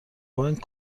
بانک